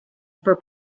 for